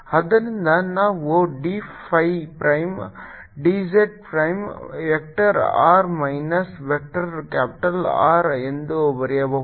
ಆದ್ದರಿಂದ ನಾವು d phi prime d z prime vector r minus vector capital R ಎಂದು ಬರೆಯಬಹುದು